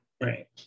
Right